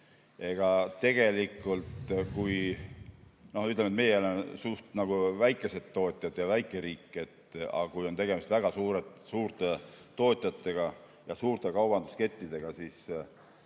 oma raha kätte. Meil on suhteliselt väikesed tootjad ja väike riik, aga kui on tegemist väga suurte tootjatega ja suurte kaubanduskettidega, siis